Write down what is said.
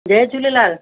Jay Jhulelal